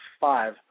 five